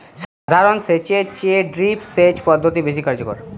সাধারণ সেচ এর চেয়ে ড্রিপ সেচ পদ্ধতি বেশি কার্যকর